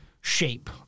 shape